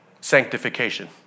sanctification